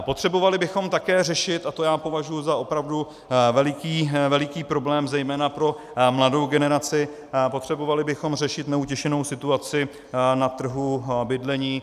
Potřebovali bychom také řešit, a to já považuji za opravdu veliký, veliký problém zejména pro mladou generaci, potřebovali bychom řešit neutěšenou situaci na trhu bydlení.